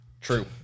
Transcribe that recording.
True